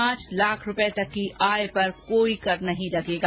पांच लाख रूपये तक की आय पर कोई कर नहीं लगेगा